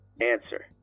Answer